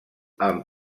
amb